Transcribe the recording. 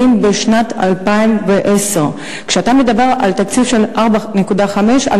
בשנת 2010. כשאתה מדבר על תקציב של 4.5 מיליון,